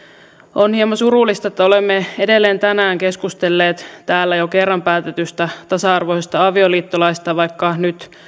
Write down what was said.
on hieman surullista että olemme edelleen tänään keskustelleet täällä jo kerran päätetystä tasa arvoisesta avioliittolaista vaikka nyt